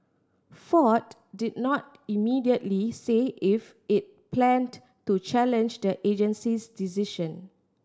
Ford did not immediately say if it planned to challenge the agency's decision